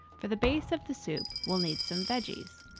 for the base of the soup, we'll need some veggies.